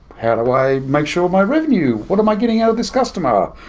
how do i make sure of my revenue? what am i getting out of this customer?